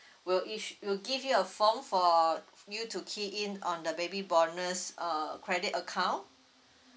will each will give you a form for you to key in on the baby bonus uh credit account